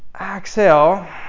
exhale